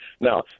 now